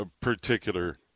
particular